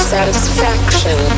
Satisfaction